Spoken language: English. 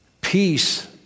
peace